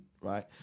right